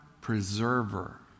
preserver